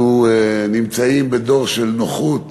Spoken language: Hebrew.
אנחנו נמצאים בדור של נוחות